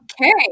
okay